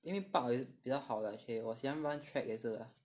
因为 park 比较好 lah actually 我喜欢 run track 也是